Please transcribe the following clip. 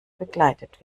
begleitet